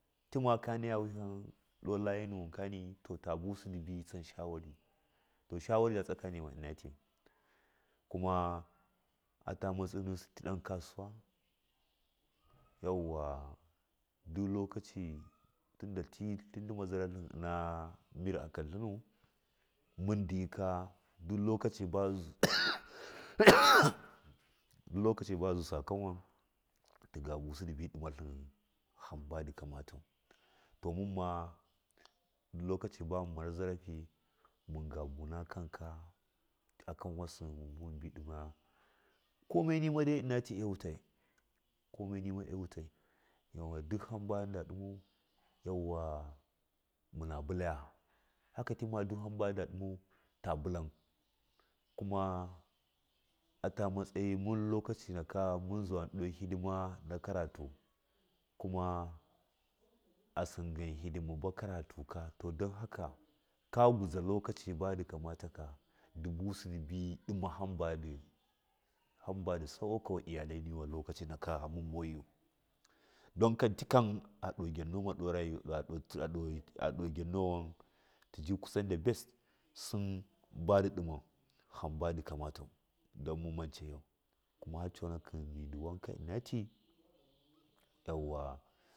Tii ma ka naya wihama ɗo lagiwon kani to tabusi bi tsan shawari to shawara ji tsaka nima ina tɨ kuma ata matsiyawa na ɗon kasuwa yauwa duk lokaci ti tima zaratlinu ufa mɨr akɨn tlinu mundi yika du lokaci duk lokaci ba zusa kon won ta busɨ tiga busi dibɨ ɗima tlin hom mba ndi kama tau to munna duk lokaci ba mune mara zarafi munga buna kanka akanwasi munbuwan ɗima komai nima ina ti awutai komai nima awutai yauwa duk hamba tida ɗimou yauwa muna bulaye kakama duk hamba tida ɗimau ta bulan kuma ata matsayi mun lokaci nak mun zawa ɗo hidima ne karatu kuma asinga hɨdime na karatu ka to don haka ka gwaza lokaci ba kamataka ndɨ buji dibi ɗima hamba ndi dauke niyalai niwan tikan a ɗo gyaniwa ɗo rayuwa aɗo a ɗo aɗo gyanniwa tiji kusan the best badi ɗiman hamba ndi kamata don mun mancɚi mau kuma har coonakɨ mɨdi wanka ufati.